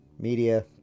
Media